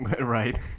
Right